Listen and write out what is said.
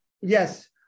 Yes